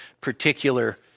particular